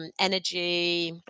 energy